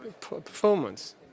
performance